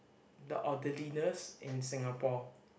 the orderliness in Singapore